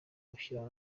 gushyira